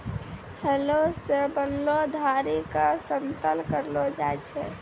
हलो सें बनलो धारी क समतल करलो जाय छै?